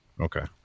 Okay